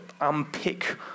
unpick